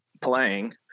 playing